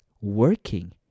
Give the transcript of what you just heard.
working